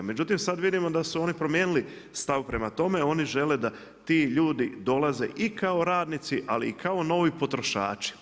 Međutim sada vidimo da su oni promijenili stav prema tome, oni žele da ti ljudi dolaze i kao radnici ali i kao novi potrošači.